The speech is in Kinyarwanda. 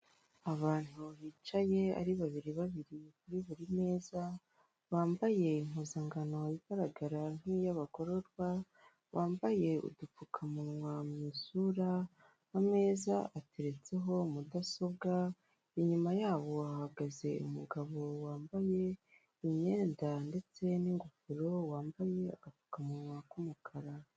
Abantu bicaye ari babiri babiri kuri buri meza bambaye impuzankano igaragara nk'iy'abagororwa bambaye udupfukamunwa mu isura ameza ateretseho mudasobwa inyuma yabo hahagaze umugabo wambaye imyenda ndetse n'ingofero wambaye agapfukamunwa k'umukara.